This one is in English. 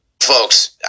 folks